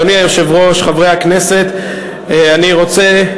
אדוני היושב-ראש, חברי הכנסת, אני רוצה,